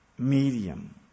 Medium